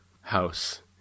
house